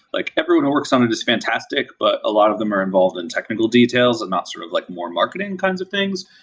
like everyone who works on it is fantastic, but a lot of them are involved in technical details and not sort of like more marketing kinds of things.